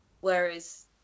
Whereas